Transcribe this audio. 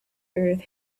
earth